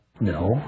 No